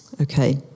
Okay